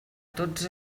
tots